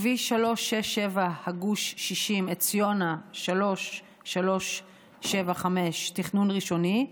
כביש 367, הגוש 60 עציונה 3375, תכנון ראשוני,